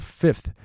fifth